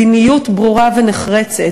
מדיניות ברורה ונחרצת.